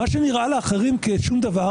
מה שנראה לאחרים כשום דבר